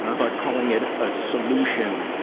but calling it a solution,